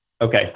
Okay